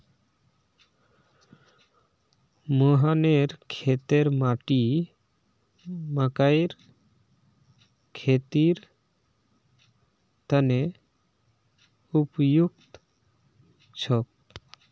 मोहनेर खेतेर माटी मकइर खेतीर तने उपयुक्त छेक